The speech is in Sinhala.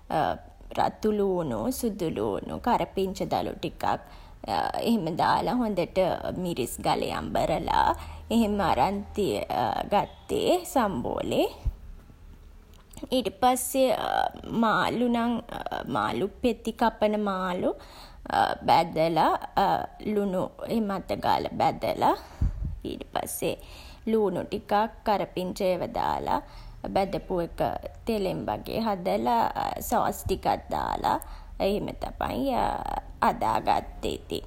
රතුළූණු, සුදුළූණු, කරපිංචා දළු ටිකක් එහෙම දාලා හොඳට මිරිස් ගලේ අඹරලා එහෙම අරන් ගත්තේ සම්බෝලේ. ඊට පස්සේ මාළු නම් පෙති කපන මාළු බැදලා ලුණු එහෙම අතගාලා බැදලා, ඊට පස්සේ ළූණු ටිකක්, කරපිංචා ඒවා දාලා, බැදපු එක තෙලෙන් වගේ හදලා සෝස් ටිකක් දාලා එහෙම තමයි හදා ගත්තේ ඉතින්.